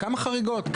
כמה חריגות,